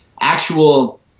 actual